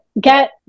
get